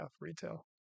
retail